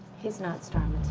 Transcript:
he's not star